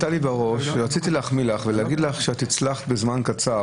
רציתי להחמיא לך ולהגיד לך שהצלחת בזמן קצר,